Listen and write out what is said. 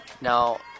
Now